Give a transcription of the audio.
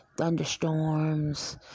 Thunderstorms